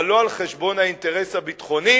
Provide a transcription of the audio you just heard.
אבל לא על-חשבון האינטרס הביטחוני